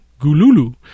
Gululu